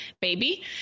baby